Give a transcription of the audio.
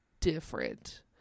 different